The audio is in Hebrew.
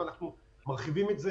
אנחנו מרחיבים את זה,